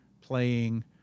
playing